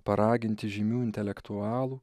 paraginti žymių intelektualų